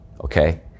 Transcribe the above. okay